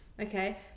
okay